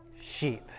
sheep